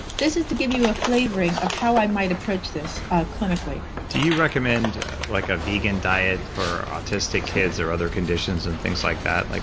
this is to give you a flavoring of how i might approach this clinically do you recommend like a vegan diet for autistic kids or other conditions and things like that? like